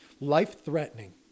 Life-threatening